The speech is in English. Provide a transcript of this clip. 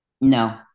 no